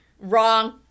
Wrong